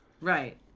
Right